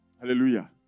Hallelujah